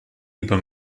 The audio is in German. über